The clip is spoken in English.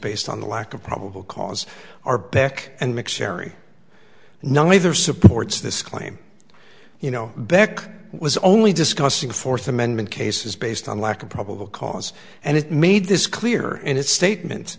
based on the lack of probable cause or beck and mcsherry neither supports this claim you know beck was only discussing fourth amendment cases based on lack of probable cause and it made this clear in its statement